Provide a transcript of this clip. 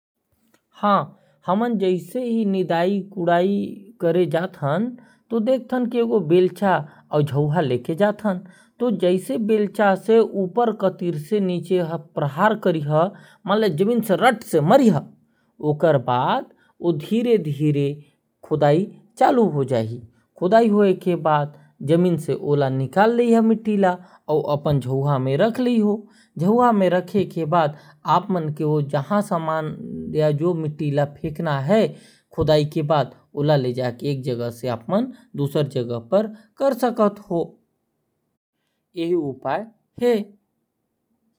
हां हमन जैसे निराई गुड़ाई करे जाथन तो देखत है। की बेलचा से नीचे ले ऊपर कती प्रहार करिहा मान ल नीचे से रट ले मारिया तो खोदाई चालू होजाहि मान ला खोदाई होय के बाद अपन जाहुआ में रख ल फिर जहां भी रखना है मिट्टी ला ओहा रख सकत ह।